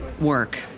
work